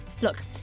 Look